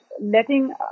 letting